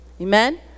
amen